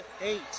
eight